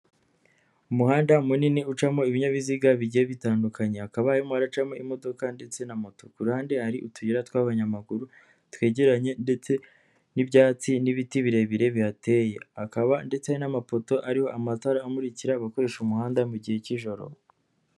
Umuhanda munini ucamo ibinyabiziga bigiye bitandukanye, hakaba harimoharacamo imodoka ndetse na moto, ku ruhande hari utuyira tw'abanyamaguru twegeranye ndetse n'ibyatsi n'ibiti birebire bihateye, hakaba ndetse n'amapoto ariho amatara amurikira abakoresha umuhanda mu gihe k'ijoro.